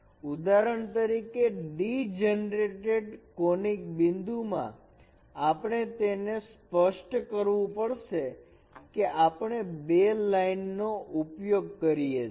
ઉદાહરણ તરીકે degenerated conic બિંદુ માં આપણે તેને સ્પષ્ટ કરવું પડશે કે આપણે બે લાઇન નો ઉપયોગ કરીએ છીએ